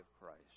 Christ